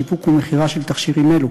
שיווק ומכירה של תכשירים אלו.